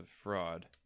fraud